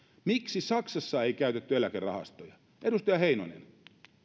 miksi saksassa ei käytetty eläkerahastoja edustaja heinonen